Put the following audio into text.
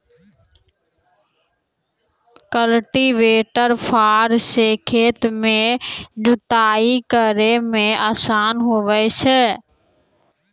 cultivator फार से खेत रो जुताइ करै मे आसान हुवै छै